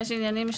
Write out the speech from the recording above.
ויש עניינים,